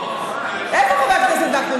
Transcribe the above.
איפה חבר הכנסת וקנין?